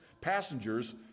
passengers